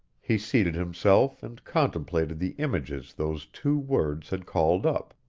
he seated himself and contemplated the images those two words had called up.